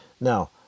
Now